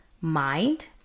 mind